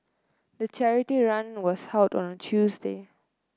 the charity run was held on a Tuesday